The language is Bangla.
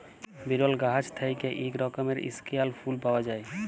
বিরল গাহাচ থ্যাইকে ইক রকমের ইস্কেয়াল ফুল পাউয়া যায়